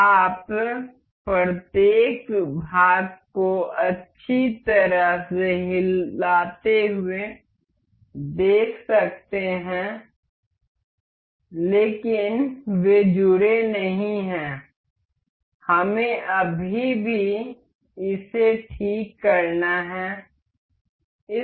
आप प्रत्येक भाग को अच्छी तरह से हिलते हुए देख सकते हैं लेकिन वे जुड़े नहीं हैं हमें अभी भी इसे ठीक करना है